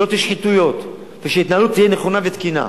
שלא יהיו שחיתויות ושההתנהלות תהיה נכונה ותקינה.